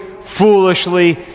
foolishly